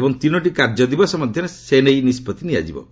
ଏବଂ ତିନୋଟି କାର୍ଯ୍ୟ ଦିବସ ମଧ୍ୟରେ ସେ ନେଇ ନିଷ୍ପତ୍ତି ନିଆଯାଇ ପାରିବ